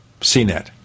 CNET